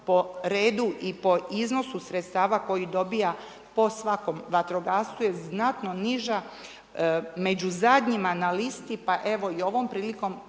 po redu i po iznosu sredstava koji dobija po svakom vatrogascu je znatno niža među zadnjima na listi pa evo i ovom prilikom